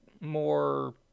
more